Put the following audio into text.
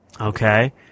Okay